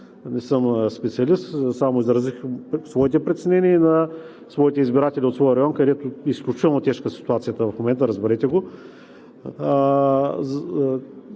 не съм специалист, а само изразих своите притеснения и на своите избиратели от района, където изключително е тежка ситуацията в момента – разберете го,